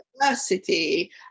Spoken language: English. diversity